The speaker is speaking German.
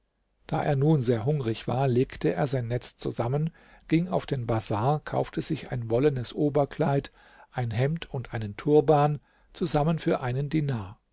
da er nun sehr hungrig war legte er sein netz zusammen ging auf den bazar kaufte sich ein wollenes oberkleid ein hemd und einen turban zusammen für einen dinar